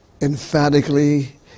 emphatically